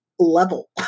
level